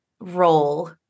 role